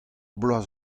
bloaz